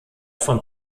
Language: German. von